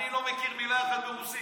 אני לא מכיר מילה אחת ברוסית.